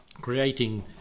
creating